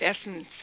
essence